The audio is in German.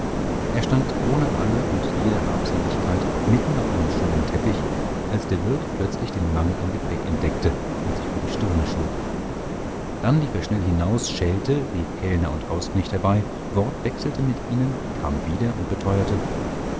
er stand ohne alle und jede habseligkeit mitten auf einem schönen teppich als der wirt plötzlich den mangel an gepäck entdeckte und sich vor die stirne schlug dann lief er schnell hinaus schellte rief kellner und hausknechte herbei wortwechselte mit ihnen kam wieder und beteuerte